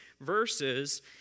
verses